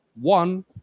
one